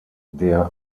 der